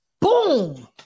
Boom